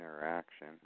interaction